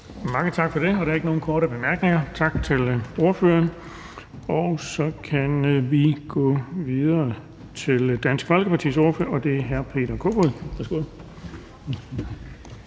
(Erling Bonnesen): Der er ikke nogen korte bemærkninger. Tak til ordføreren. Så kan vi gå videre til Dansk Folkepartis ordfører, og det er hr. Peter Kofod.